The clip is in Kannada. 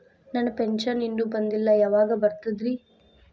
ನನ್ನ ಪೆನ್ಶನ್ ಇನ್ನೂ ಬಂದಿಲ್ಲ ಯಾವಾಗ ಬರ್ತದ್ರಿ?